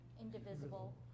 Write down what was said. Indivisible